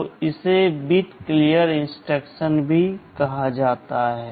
तो इसे bit clear instruction भी कहा जाता है